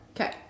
Okay